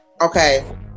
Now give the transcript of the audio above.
okay